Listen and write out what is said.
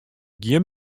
gjin